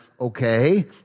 okay